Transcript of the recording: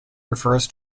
refers